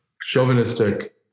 chauvinistic